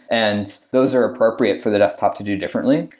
and those are appropriate for the desktop to do differently.